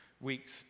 weeks